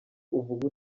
uvuga